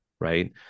right